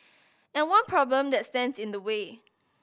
and one problem that stands in the way